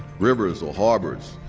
rivers, or harbors.